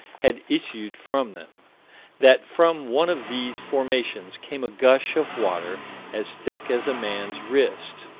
had issued from them that from one of these formations came a gush of water as thick as a man's wrist.